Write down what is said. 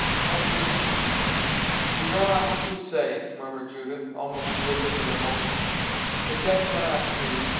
hetty hetty you know not what you say! murmured judith, almost livid with emotion the dead cannot see,